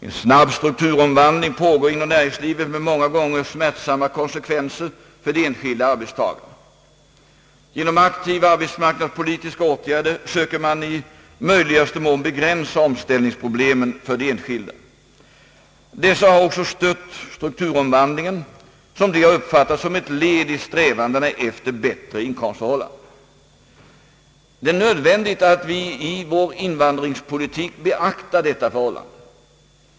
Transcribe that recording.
En snabb strukturomvandling pågår inom näringslivet med många gånger smärtsamma konsekvenser för de enskilda arbetstagarna. Genom aktiva arbetsmarknadspolitiska åtgärder söker man i möjligaste mån begränsa omställningsproblemen för de enskilda. Dessa har också stött strukturomvandlingen, som de sett som ett led i strävandena efter bättre inkomstförhållanden. Det är nödvändigt att vi i vår invandringspolitik beaktar detta förhållande.